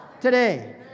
today